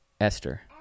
Esther